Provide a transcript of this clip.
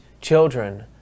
children